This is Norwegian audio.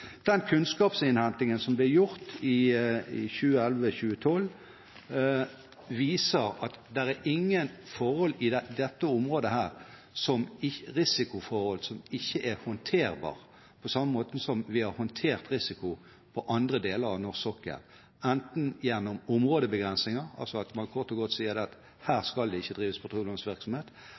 Den kunnskapsinnhentingen som ble gjort i 2011 og 2012, viser at det er ingen risikoforhold i dette området som ikke er håndterbare på samme måten som vi har håndtert risiko på andre deler av norsk sokkel, enten gjennom områdebegrensninger, altså at man kort og godt sier at her skal det ikke drives petroleumsvirksomhet,